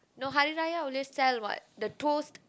no Hari-Raya always sell what the toast